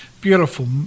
beautiful